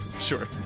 Sure